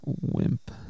wimp